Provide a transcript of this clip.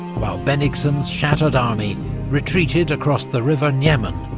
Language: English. while bennigsen's shattered army retreated across the river niemen,